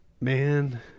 man